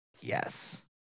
yes